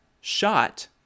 shot